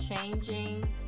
changing